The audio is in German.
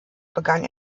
begann